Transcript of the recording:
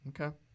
Okay